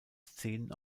szenen